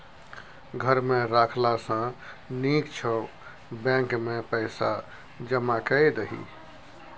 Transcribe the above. घर मे राखला सँ नीक छौ बैंकेमे पैसा जमा कए दही